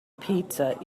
pizza